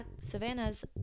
Savannah's